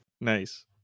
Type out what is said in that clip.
Nice